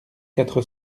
quatre